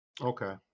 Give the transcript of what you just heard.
Okay